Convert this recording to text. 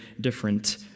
different